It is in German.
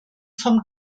vom